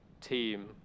team